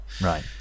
Right